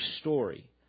story